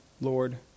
Lord